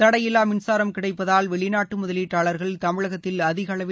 தடையில்லா மின்சாரம் கிடைப்பதால் வெளிநாட்டு முதலீட்டாளா்கள் தமிழகத்தில் அதிக அளவில்